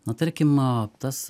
nu tarkim tas